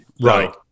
Right